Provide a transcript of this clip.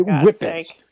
whippets